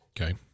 okay